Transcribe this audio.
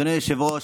אדוני היושב-ראש,